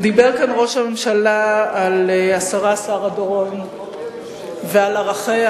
דיבר כאן ראש הממשלה על השרה שרה דורון ועל ערכיה,